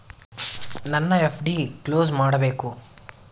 ನನ್ನ FD close ಮಾಡಬೇಕು